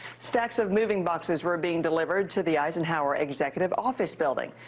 stacks of moving boxes were being delivered to the eisenhower executive office building.